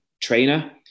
trainer